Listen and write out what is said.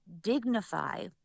dignify